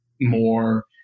more